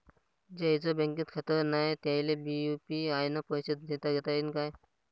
ज्याईचं बँकेत खातं नाय त्याईले बी यू.पी.आय न पैसे देताघेता येईन काय?